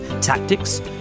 tactics